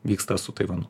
vyksta su taivanu